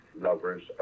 lovers